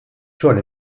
xogħol